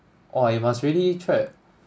!wah! you must really trek